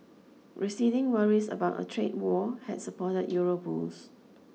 receding worries about a trade war had support Euro bulls